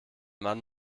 mann